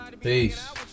Peace